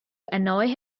annoy